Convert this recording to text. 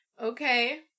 Okay